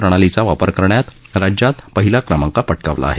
प्रणालीचा वापर करण्यात राज्यात पहिला क्रमांक पटकावला आहे